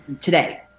today